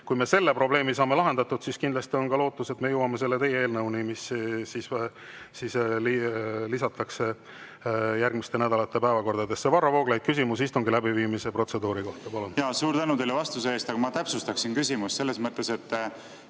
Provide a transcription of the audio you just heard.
ja selle probleemi saame lahendatud, siis kindlasti on ka lootust, et me jõuame teie eelnõuni, mis siis lisatakse järgmiste nädalate päevakorda. Varro Vooglaid, küsimus istungi läbiviimise protseduuri kohta, palun! Jaa, suur tänu teile vastuse eest! Aga ma täpsustaksin küsimust. Kui seadus